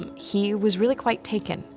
um he was really quite taken,